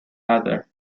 other